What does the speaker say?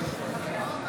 שלמה קרעי,